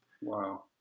wow